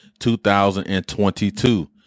2022